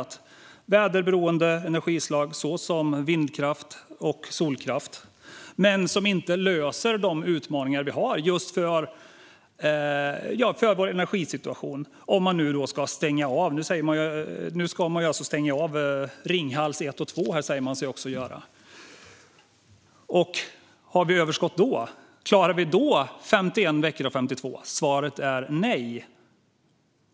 Det rör sig om väderberoende energislag som vind och solkraft, som inte löser de utmaningar vi har när det gäller vår energisituation. Nu ska man alltså stänga av Ringhals 1 och 2, säger man. Har vi överskott då? Klarar vi då 51 veckor av 52?